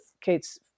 Kate's